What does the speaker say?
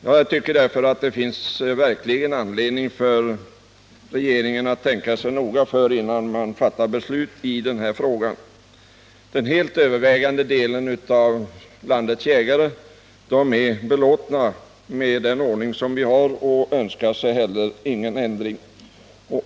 Jag tycker därför att det verkligen finns anledning för regeringen att tänka sig noga för innan den fattar beslut i den här frågan. Den helt övervägande delen av landets jägare är belåtna med den ordning som vi har och önskar sig inte någon ändring.